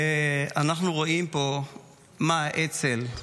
אנחנו רואים פה מה האצ"ל,